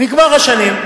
נגמר השנים.